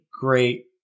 great